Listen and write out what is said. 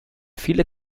viele